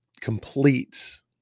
completes